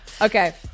Okay